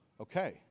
okay